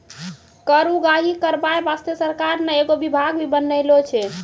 कर उगाही करबाय बासतें सरकार ने एगो बिभाग भी बनालो छै